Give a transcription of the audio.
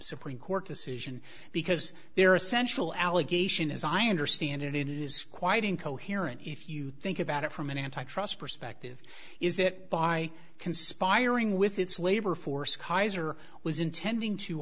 supreme court decision because they're essential allegation as i understand it it is quite incoherent if you think about it from an antitrust perspective is that by conspiring with its labor force kaiser was intending to